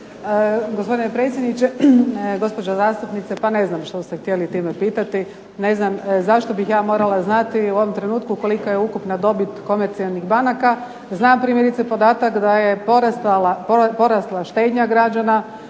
Gospodine predsjedniče, gospođo zastupnice, pa ne znam što ste htjeli time pitati, ne znam zašto bih ja morala znati u ovom trenutku koliko je ukupna dobit komercijalnih banaka. Znam primjerice podatak da je porasla štednja građana